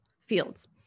fields